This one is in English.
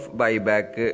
buyback